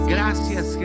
Gracias